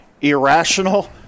irrational